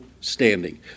standing